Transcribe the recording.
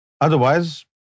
Otherwise